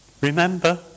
remember